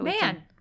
man